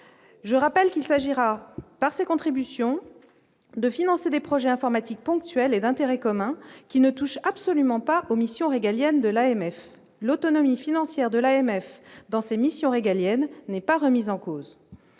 je rappelle qu'il s'agira par ces contributions de financer des projets informatiques ponctuelles et d'intérêt commun qui ne touche absolument pas aux missions régaliennes de l'AMF l'autonomie financière de l'AMF dans ses missions régaliennes, n'est pas remise en cause